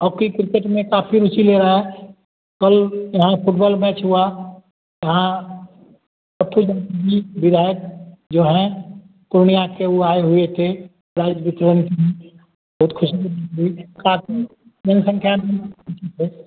hockey cricket में काफी रुचि ले रहा है कल यहाँ फुटबॉल मैच हुआ यहाँ अकिल जी विधायक जो हैं पूर्णियाँ के ऊ आए हुए थे प्राइज वितरण बहुत खुशबू दै छै काफी जनसंख्या में खुशी से